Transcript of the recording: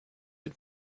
had